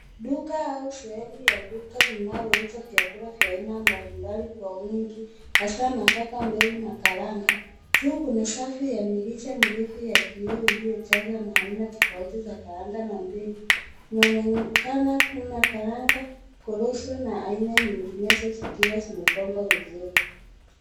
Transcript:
Duka au sehemu ya duka linalouza vyakula vya aina mbalimbali kwa wingi, hasa nafaka, mbegu na karanga. Juu kuna safu ya mirija mirefu ya kioo iliyojazwa aina tofauti za karanga na mbegu. Inaonekana kuna karanga, koroso na aina nyingineo zikiwa zimepangwa vizuri.